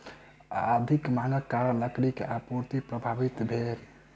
अधिक मांगक कारण लकड़ी के आपूर्ति प्रभावित भेल